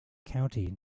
county